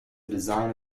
design